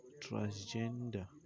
transgender